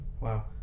wow